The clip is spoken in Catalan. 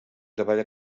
davalla